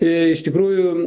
iš tikrųjų